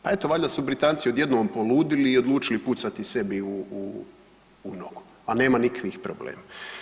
Pa eto valjda su Britanci odjednom poludili i odlučiti pucati sebi u nogu, a nema nikakvih problema.